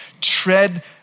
tread